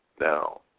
now